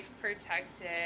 protected